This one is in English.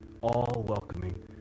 all-welcoming